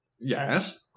yes